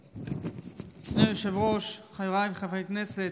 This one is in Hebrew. אדוני היושב-ראש, חבריי חברי הכנסת,